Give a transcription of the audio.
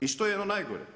I što je ono najgore?